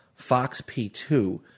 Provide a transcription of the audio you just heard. FOXP2